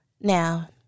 now